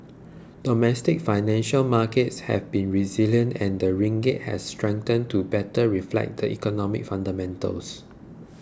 domestic financial markets have been resilient and the ringgit has strengthened to better reflect the economic fundamentals